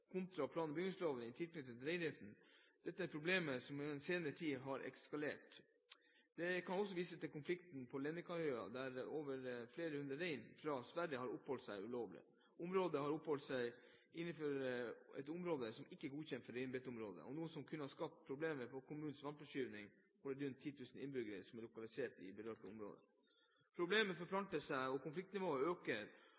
kontra plan- og bygningslov i tilknytning til reindriften, er dette problemer som i den senere tid har eskalert. Det kan også vises til konflikten på Lenvikhalvøya der flere hundre rein fra Sverige har oppholdt seg ulovlig. Området de har oppholdt seg innenfor, er et område som ikke er godkjent som reinbeiteområde, noe som også kunne ha skapt problemer for kommunens vannforsyning for de rundt 10 000 innbyggere som er lokalisert i det berørte